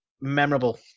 memorable